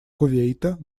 кувейта